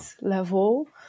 level